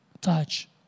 touch